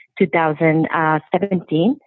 2017